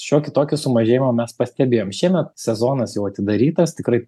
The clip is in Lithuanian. šiokį tokį sumažėjimą mes pastebėjom šiemet sezonas jau atidarytas tikrai